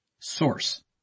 Source